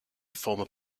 former